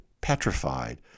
petrified